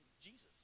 Jesus